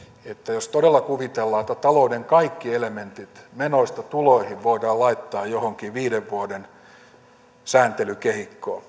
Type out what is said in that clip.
jos todella kuvitellaan että talouden kaikki elementit menoista tuloihin voidaan laittaa johonkin viiden vuoden sääntelykehikkoon